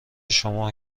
شما